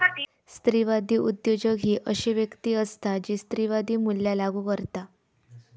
स्त्रीवादी उद्योजक ही अशी व्यक्ती असता जी स्त्रीवादी मूल्या लागू करता